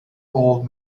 old